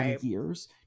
years